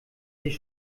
sich